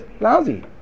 lousy